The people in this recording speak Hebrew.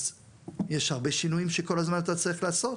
אז יש הרבה שינויים שכל הזמן אתה צריך לעשות,